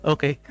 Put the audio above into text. Okay